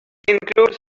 include